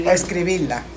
escribirla